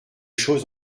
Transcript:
choses